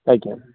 ଆଜ୍ଞା